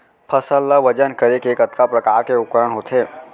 फसल ला वजन करे के कतका प्रकार के उपकरण होथे?